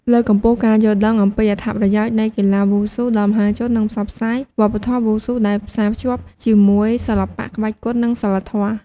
លើកកម្ពស់ការយល់ដឹងអំពីអត្ថប្រយោជន៍នៃកីឡាវ៉ូស៊ូដល់មហាជននឹងផ្សព្វផ្សាយវប្បធម៌វ៉ូស៊ូដែលផ្សារភ្ជាប់ជាមួយសិល្បៈក្បាច់គុន និងសីលធម៌។